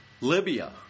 Libya